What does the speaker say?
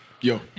Yo